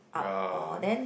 ya